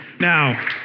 Now